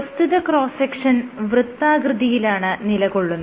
പ്രസ്തുത cross section വൃത്താകൃതിയിലാണ് നിലകൊള്ളുന്നത്